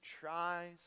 tries